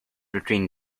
between